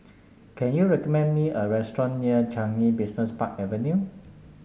can you recommend me a restaurant near Changi Business Park Avenue